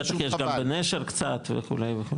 בטח יש גם בנשר קצת וכו' וכו'.